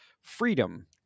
freedom